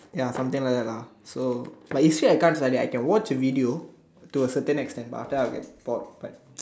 ya something like that lah so but usually I can't study I can watch a video till a certain extent but after that I'll get bored but